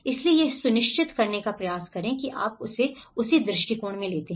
इसलिए यह सुनिश्चित करने का प्रयास करें कि आप इसे उस दृष्टिकोण में लेते हैं